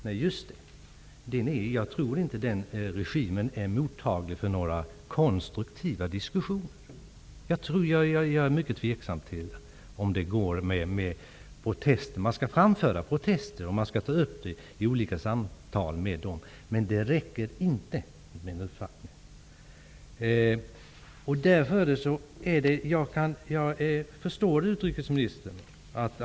Nej, just det -- jag tror inte att den regimen är mottaglig för några konstruktiva diskussioner. Jag är mycket tveksam till om det fungerar med protester. Man skall framföra protester, och man skall ta upp saken i olika samtal med regimen, men min uppfattning är att det inte räcker.